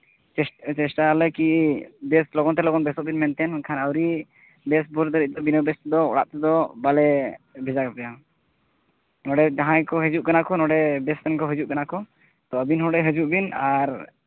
ᱪᱮᱥᱴᱟ ᱪᱮᱥᱴᱟᱭᱟᱞᱮ ᱠᱤ ᱵᱮᱥ ᱞᱚᱜᱚᱱ ᱛᱮ ᱞᱚᱜᱚᱱ ᱛᱮ ᱵᱮᱥᱚᱜ ᱵᱤᱱ ᱢᱮᱱᱛᱮ ᱵᱟᱝᱠᱷᱟᱱ ᱟᱹᱣᱨᱤ ᱵᱮᱥ ᱵᱚᱞᱛᱮ ᱵᱤᱱᱟᱹ ᱵᱮᱥ ᱛᱮᱫᱚ ᱚᱲᱟᱜ ᱛᱮᱫᱚ ᱵᱟᱞᱮ ᱵᱷᱮᱡᱟ ᱠᱟᱯᱮᱭᱟ ᱱᱚᱰᱮ ᱡᱟᱦᱟᱸᱭ ᱠᱚ ᱦᱤᱡᱩᱜ ᱠᱟᱱᱟ ᱠᱚ ᱱᱚᱰᱮ ᱵᱮᱥ ᱛᱮᱱ ᱠᱚ ᱦᱤᱡᱩᱜ ᱠᱟᱱᱟ ᱠᱚ ᱛᱚ ᱟᱹᱵᱤᱱ ᱦᱚᱸ ᱱᱚᱰᱮ ᱦᱤᱡᱩᱜ ᱵᱤᱱ